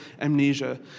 amnesia